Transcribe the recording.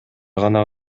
гана